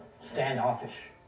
standoffish